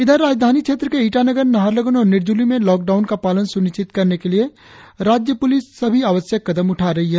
इधर राजधानी क्षेत्र के ईटानगर नाहरलग्न और निरजूली में लॉकडाउन का पालन स्निश्चित करने के लिए राज्य प्लिस सभी आवश्यक कदम उठा रही है